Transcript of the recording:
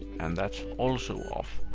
and that's also off,